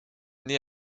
née